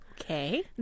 Okay